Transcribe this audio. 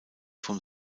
vom